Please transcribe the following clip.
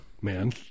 man